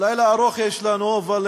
אבל